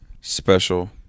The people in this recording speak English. special